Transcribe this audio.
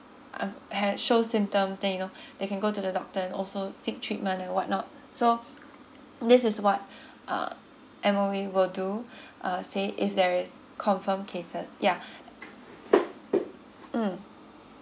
uh has show symptoms then you know they can go to the doctor and also seek treatment and what not so this is what uh M_O_E will do uh say if there is confirmed cases yeah mm